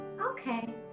okay